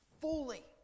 fully